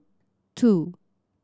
two